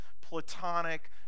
platonic